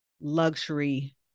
luxury